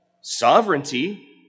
sovereignty